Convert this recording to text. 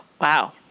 Wow